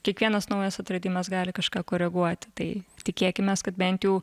kiekvienas naujas atradimas gali kažką koreguoti tai tikėkimės kad bent jau